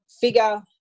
figure